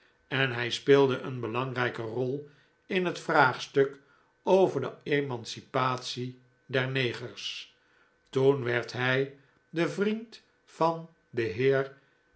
en hij speelde een belangrijke rol in het vraagstuk over de emancipatie der negers toen werd hij de vriend van den heer